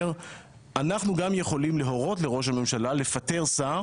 שאנחנו גם יכולים להורות לראש הממשלה לפטר שר